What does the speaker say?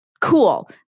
cool